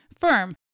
firm